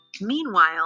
Meanwhile